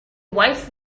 wife